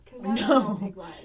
No